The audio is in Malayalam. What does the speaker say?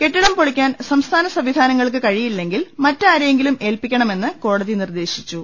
കെട്ടിടം പൊളിക്കാൻ സംസ്ഥാന സംവി ധാനങ്ങൾക്ക് കഴിയില്ലെങ്കിൽ മറ്റാരെയെങ്കിലും ഏൽപ്പി ക്കണമെന്ന് കോടതി നിർദ്ദേശിച്ചു